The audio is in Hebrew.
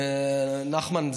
נחמן,